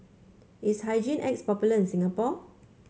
is Hygin X popular in Singapore